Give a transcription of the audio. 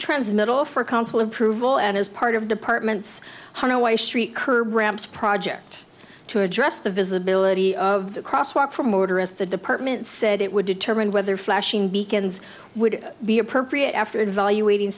transmit offer council approval and as part of department's her no way street curb ramps project to address the visibility of the crosswalk for motorists the department said it would determine whether flashing beacons would be appropriate after evaluating